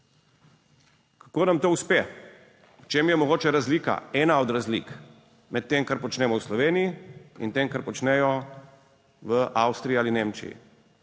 Kako nam to uspe? V čem je mogoče razlika? Ena od razlik med tem, kar počnemo v Sloveniji, in tem, kar počnejo v Avstriji ali Nemčiji.